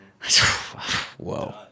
whoa